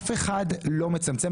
אף אחד לא מצמצם,